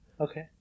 Okay